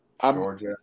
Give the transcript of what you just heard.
Georgia